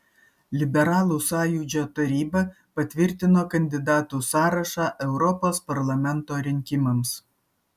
liberalų sąjūdžio taryba patvirtino kandidatų sąrašą europos parlamento rinkimams